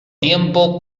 tiempo